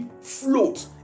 float